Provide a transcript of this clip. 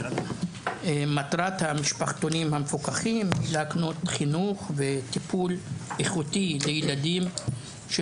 מטרת המשפחתונים המפוקחים היא להקנות חינוך וטיפול איכותי לילדים של